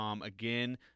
Again